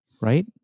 right